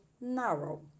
narrow